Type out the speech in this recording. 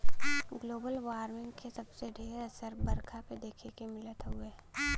global warming के सबसे ढेर असर बरखा पे देखे के मिलत हउवे